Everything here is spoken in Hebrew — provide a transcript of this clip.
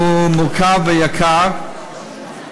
שהוא מורכב ויקר,